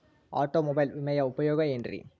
Automobile ವಿಮೆಯ ಉಪಯೋಗ ಏನ್ರೀ?